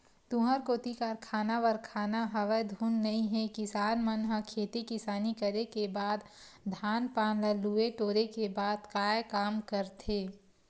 तुँहर कोती कारखाना वरखाना हवय धुन नइ हे किसान मन ह खेती किसानी करे के बाद धान पान ल लुए टोरे के बाद काय काम करथे?